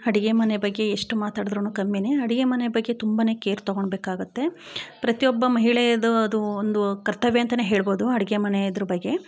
ಅಡುಗೆ ಮನೆ ಬಗ್ಗೆ ಎಷ್ಟು ಮಾತಾಡಿದ್ರೂ ಕಮ್ಮಿನೇ ಅಡುಗೆ ಮನೆ ಬಗ್ಗೆ ತುಂಬನೇ ಕೇರ್ ತೊಗೊಳ್ಬೇಕಾಗುತ್ತೆ ಪ್ರತಿಯೊಬ್ಬ ಮಹಿಳೆಯದು ಅದು ಒಂದು ಕರ್ತವ್ಯ ಅಂತೆಯೇ ಹೇಳಬೋದು ಅಡುಗೆ ಮನೆ ಇದ್ರ ಬಗ್ಗೆ